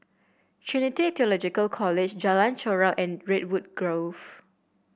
Trinity Theological College Jalan Chorak and Redwood Grove